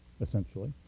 essentially